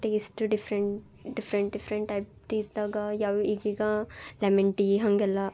taste different different different type tea ಇದ್ದಾಗ ಯಾವ ಈಗೀಗ ಲೆಮನ್ ಟೀ ಹಾಗೆಲ್ಲ